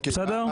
בסדר?